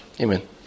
Amen